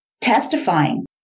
testifying